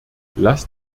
lasst